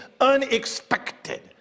unexpected